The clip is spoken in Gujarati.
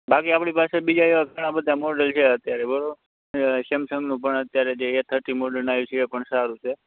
બાકી આપણે પાસે બીજા એવા ઘણા બધા મોડેલ છે બરોબર સેમસંગનું પણ જે અત્યારે એ થર્ટી મોડલ આવ્યું છે એ પણ સારું છે